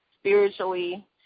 spiritually